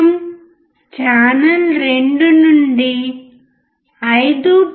మనము ఛానల్ 2 నుండి 5